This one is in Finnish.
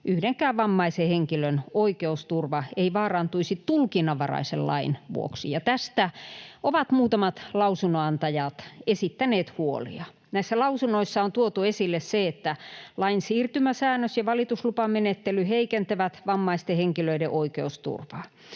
yhdenkään vammaisen henkilön oikeusturva ei vaarantuisi tulkinnanvaraisen lain vuoksi, ja tästä ovat muutamat lausunnonantajat esittäneet huolia. Näissä lausunnoissa on tuotu esille se, että lain siirtymäsäännös ja valituslupamenettely heikentävät vammaisten henkilöiden oikeusturvaa.